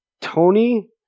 Tony